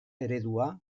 eredua